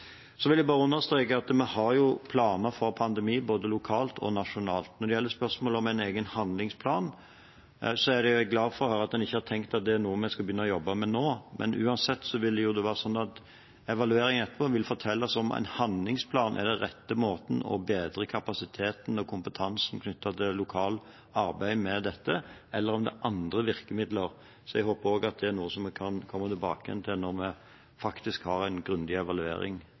Så vil jeg bare understreke at vi har planer for pandemi både lokalt og nasjonalt. Når det gjelder spørsmålet om en egen handlingsplan, er jeg glad for at en ikke har tenkt at det er noe vi skal begynne å jobbe med nå. Uansett vil det være slik at evalueringen etterpå vil fortelle oss om en handlingsplan er den rette måten å bedre kapasiteten og kompetansen på knyttet til lokalt arbeid med dette, eller om vi må se på andre virkemidler. Jeg håper at det også er noe vi kan komme tilbake til når vi faktisk har en grundig evaluering